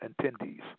attendees